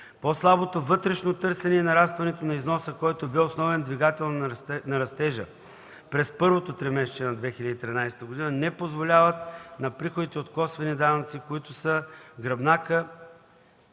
По-слабото вътрешно търсене и нарастването на износа, който бе основен двигател на растежа през първото тримесечие на 2013 г., не позволяват на приходите от косвени данъци, които са гръбнакът